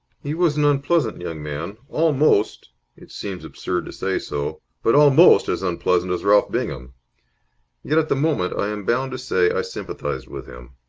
he was an unpleasant young man, almost it seems absurd to say so, but almost as unpleasant as ralph bingham yet at the moment i am bound to say i sympathized with him.